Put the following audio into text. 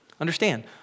Understand